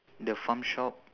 the farm shop